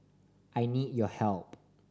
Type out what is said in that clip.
I need your help